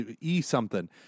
e-something